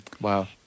Wow